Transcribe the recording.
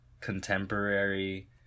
contemporary